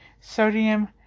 sodium